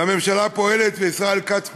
והממשלה פועלת, וישראל כץ פועל,